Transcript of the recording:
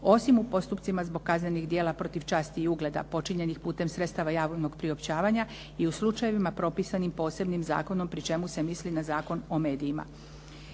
osim u postupcima zbog kaznenih djela protiv časti i ugleda počinjenih putem sredstava javnog priopćavanja i u slučajevima propisanim posebnim zakonom pri čemu se misli na zakon o medijima.